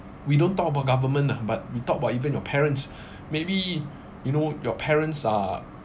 we don't talk about government nah but we talk about even your parents maybe you know your parents are